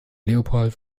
leopold